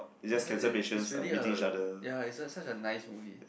it's a it it's really a ya is a such a nice movie